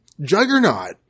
Juggernaut